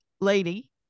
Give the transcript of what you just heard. lady